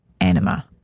Anima